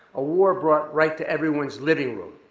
a war brought right to everyone's living room.